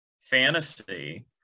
fantasy